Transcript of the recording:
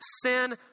sin